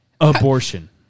abortion